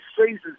seasons